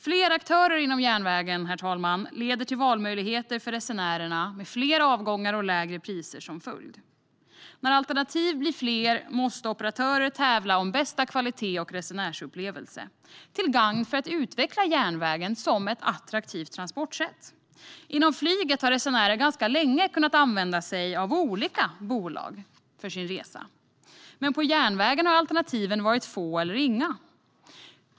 Fler aktörer inom järnvägen leder till valmöjligheter för resenärerna med fler avgångar och lägre priser som följd. När alternativen blir fler måste operatörerna tävla om bästa kvalitet och upplevelse för resenärerna - till gagn för att utveckla järnvägen som ett attraktivt transportsätt. Inom flyget har resenärerna ganska länge kunnat använda sig av olika bolag, men inom järnvägen har alternativen varit få eller inga.